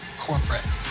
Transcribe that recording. corporate